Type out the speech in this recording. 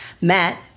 Matt